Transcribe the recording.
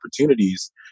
opportunities